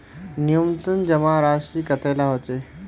न्यूनतम जमा राशि कतेला होचे?